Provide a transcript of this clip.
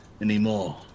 anymore